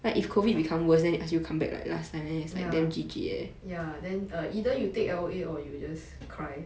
ya ya then err either you take L_O_A or you just cry